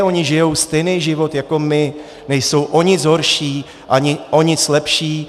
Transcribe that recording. Oni žijí stejný život jako my, nejsou o nic horší ani o nic lepší.